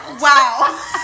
Wow